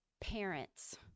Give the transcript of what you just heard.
parents